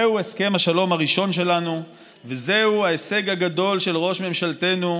זהו הסכם השלום הראשון שלנו וזהו ההישג הגדול של ראש ממשלתנו,